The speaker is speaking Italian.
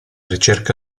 ricerca